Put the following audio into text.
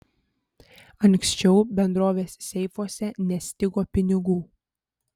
anksčiau bendrovės seifuose nestigo pinigų